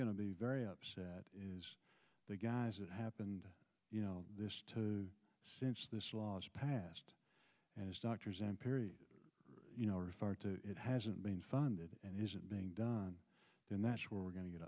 going to be very upset is the guys it happened you know this too since this last past as doctors empiric you know referred to it hasn't been funded and isn't being done and that's where we're going to get